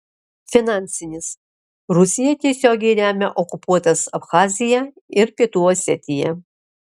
finansinis rusija tiesiogiai remia okupuotas abchaziją ir pietų osetiją